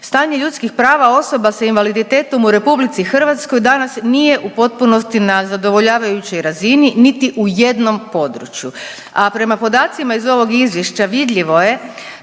„Stanje ljudskih prava osoba s invaliditetom u RH danas nije u potpunosti na zadovoljavajućoj razini niti u jednom području“, a prema podacima iz ovog izvješća vidljivo je